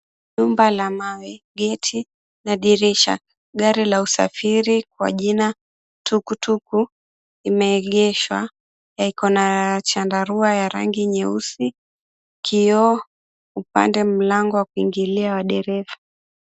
Jumba la mawe, geti na dirisha, gari la usafiri kwa jina tuk tuk, imeegeshwa na iko na chandarua ya rangi nyeusi, kioo upande, mlango wa kuingilia wa dereva.